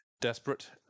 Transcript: desperate